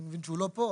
אני מבין שהוא לא פה,